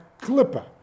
clipper